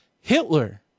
Hitler